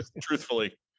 truthfully